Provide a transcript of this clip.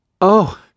Oh